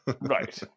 Right